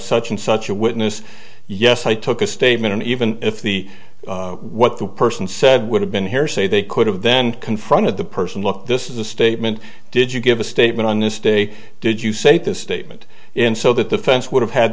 such and such a witness yes i took a statement and even if the what the person said would have been here say they could have then confronted the person look this is a statement did you give a statement on this day did you say this statement in so that the fence would have had